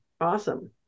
Awesome